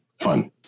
fun